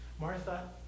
Martha